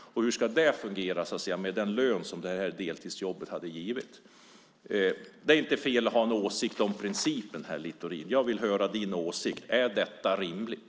Hur ska det fungera med den lön som detta deltidsjobb skulle ge? Det är inte fel att ha en åsikt om principen här, Littorin. Jag vill höra din åsikt: Är detta rimligt?